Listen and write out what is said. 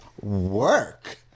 Work